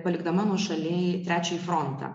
palikdama nuošalėj trečiąjį frontą